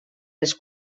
les